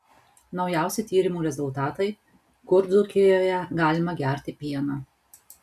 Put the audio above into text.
naujausi tyrimų rezultatai kur dzūkijoje galima gerti pieną